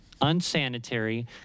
unsanitary